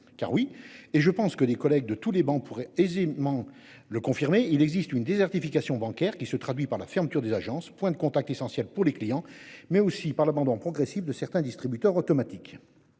car oui et je pense que les collègues de tous les bancs pourrait aisément le confirmer, il existe une désertification bancaire qui se traduit par la fermeture des agences point de contact essentielle pour les clients, mais aussi par l'abandon progressif de certains distributeurs automatiques.